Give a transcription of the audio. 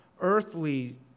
earthly